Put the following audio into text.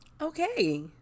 Okay